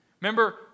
Remember